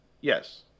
Yes